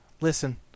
listen